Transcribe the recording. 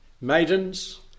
Maidens